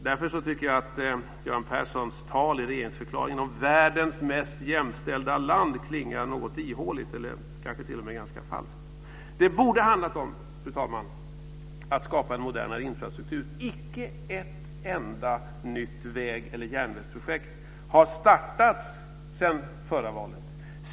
Därför tycker jag att Göran Perssons tal i regeringsförklaringen om världens mest jämställda land klingar något ihåligt, eller kanske t.o.m. ganska falskt. Fru talman! Det borde ha handlat om att skapa en modernare infrastruktur. Icke ett enda nytt väg eller järnvägsprojekt har startats sedan förra valet.